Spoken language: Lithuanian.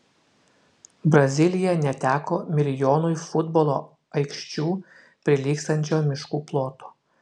brazilija neteko milijonui futbolo aikščių prilygstančio miškų ploto